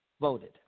voted